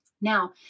now